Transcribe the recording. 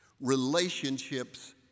relationships